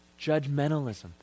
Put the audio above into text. judgmentalism